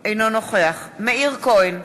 אינו נוכח מאיר כהן,